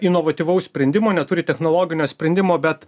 inovatyvaus sprendimo neturi technologinio sprendimo bet